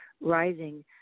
rising